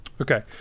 Okay